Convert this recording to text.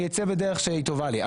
אני אצא בדרך שהיא טובה לי.